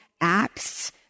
acts